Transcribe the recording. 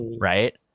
right